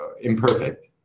imperfect